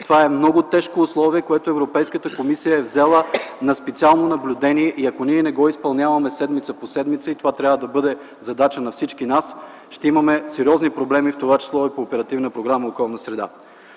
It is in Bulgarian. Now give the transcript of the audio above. това е много тежко условие, което Европейската комисия е взела на специално наблюдение и ако ние не го изпълняваме седмица по седмица - и това трябва да бъде задача на всички нас - ще имаме сериозни проблеми, в това число и по оперативна програма „Околна среда”.